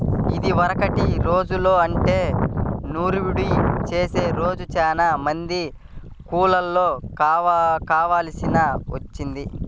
ఇదివరకటి రోజుల్లో అంటే నూర్పిడి చేసే రోజు చానా మంది కూలోళ్ళు కావాల్సి వచ్చేది